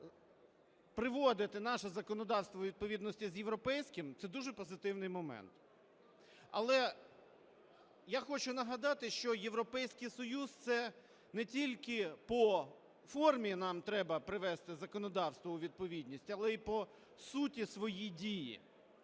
приводити наше законодавство у відповідності з європейським – це дуже конструктивний момент. Але я хочу нагадати, що Європейський Союз – це не тільки по формі нам треба привести законодавство у відповідність, але і по суті свої дії.